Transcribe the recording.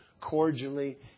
cordially